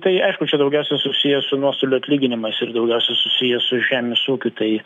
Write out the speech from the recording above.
tai aišku čia daugiausia susiję su nuostolių atlyginimais ir daugiausia susiję su žemės ūkiu tai